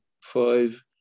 five